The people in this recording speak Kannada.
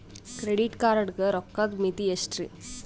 ಕ್ರೆಡಿಟ್ ಕಾರ್ಡ್ ಗ ರೋಕ್ಕದ್ ಮಿತಿ ಎಷ್ಟ್ರಿ?